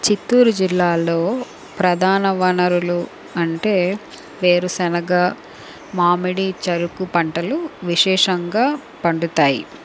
చిత్తూరు జిల్లాలో ప్రధాన వనరులు అంటే వేరుశెనగ మామిడి చెరుకు పంటలు విశేషంగా పండుతాయి